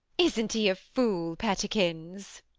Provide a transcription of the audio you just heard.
isn't he a fool, pettikins?